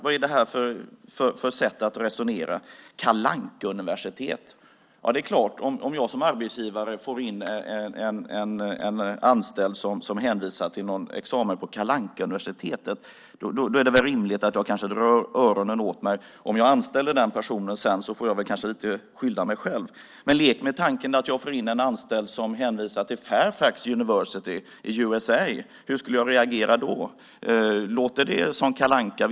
Vad är det här för sätt att resonera - Kalle Anka-universitet! Om jag som arbetsgivare får in en anställd som hänvisar till någon examen på Kalle Anka-universitetet är det väl rimligt att jag drar öronen åt mig. Om jag anställer den personen får jag väl lite skylla mig själv. Men lek med tanken att jag får in en anställd som hänvisar till Fairfax University i USA. Hur skulle jag reagera då? Låter det som Kalle Anka?